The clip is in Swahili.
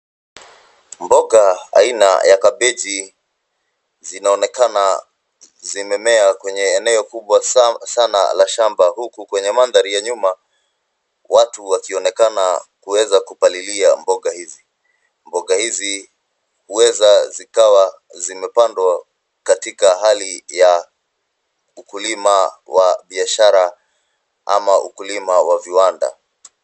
Mboga aina ya kabeji zinaonekana zimemea kwenye eneo kubwa sana la shamba, huku kwenye mandhari ya nyuma watu wakionekana kuweza kupalilia mboga hizi. Mboga hizi huweza zikawa zimepandwa katika hali ya ukulima wa biashara ama ukulima wa viwanda.